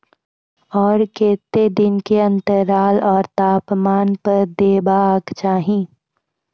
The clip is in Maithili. आर केते दिन के अन्तराल आर तापमान पर देबाक चाही?